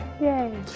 Yay